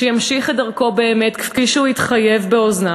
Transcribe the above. להמשיך את דרכו באמת כפי שהוא התחייב באוזני